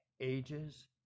Ages